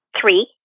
three